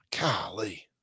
Golly